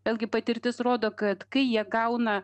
vėlgi patirtis rodo kad kai jie gauna